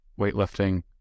weightlifting